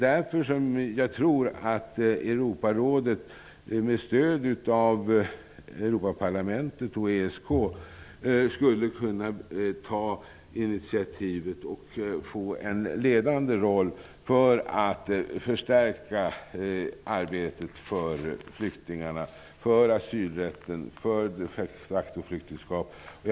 Därför tror jag att ESK, skulle kunna ta ett initiativ här och få en ledande roll när det gäller att förstärka arbetet för flyktingarna -- för asylrätten och för de factoflyktingskapet.